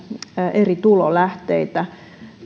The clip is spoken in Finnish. eri tulolähteitä